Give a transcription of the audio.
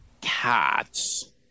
cats